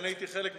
שהייתי חלק ממנה,